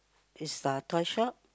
is a toy shop